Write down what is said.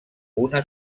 una